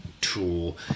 tool